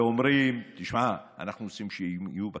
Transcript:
ואומרים: תשמע, אנחנו רוצים שהם יהיו בכלא.